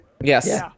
Yes